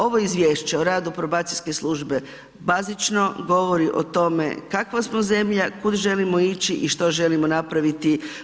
Ovo Izvješće o radu probacije službe bazično govori o tome kakva smo zemlja, kud želimo ići i što želimo napraviti.